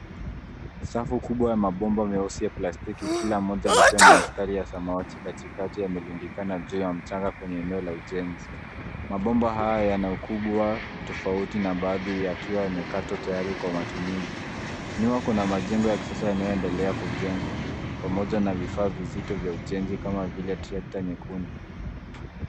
Safu kubwa ya mabomba meusi ya plastiki kila moja likiwa na mstari ya samawati katikati, yamerundikana juu ya mchanga kwenye eneo la ujenzi. Mabomba hayo yana ukubwa tofauti na baadhi yakiwa yamekatwa tayari kwa matumizi .Nyuma kuna majengo ya kisasa yanayoendelea kujengwa, pamoja na vifaa vizito vya ujenzi kama vile trakta nyekundu.